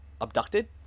abducted